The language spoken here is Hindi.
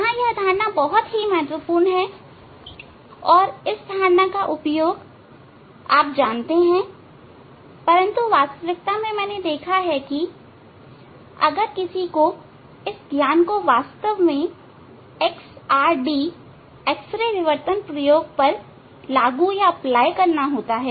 यहां यह धारणा बहुत ही महत्वपूर्ण है और इस धारणा का उपयोग आप जानते हैं परंतु वास्तविकता में मैंने देखा है कि अगर किसी को इस ज्ञान को वास्तव में X R D X ray विवर्तन प्रयोग पर लागू करना होता है